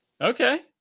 okay